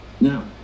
Now